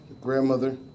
grandmother